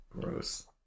Gross